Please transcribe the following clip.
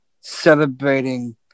celebrating